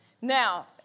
Now